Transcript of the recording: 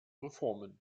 reformen